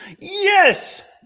Yes